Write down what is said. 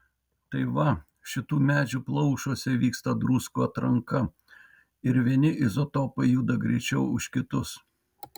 tai va šitų medžių plaušuose vyksta druskų atranka ir vieni izotopai juda greičiau už kitus